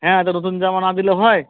হ্যাঁ একটা নতুন জামা না দিলে হয়